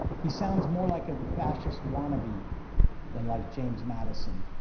he sounds more like a fascist wannabe than like james madison.